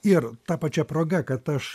ir ta pačia proga kad aš